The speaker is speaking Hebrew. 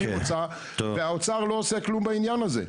אני רוצה והאוצר לא עושה כלום בעניין הזה.